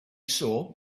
saw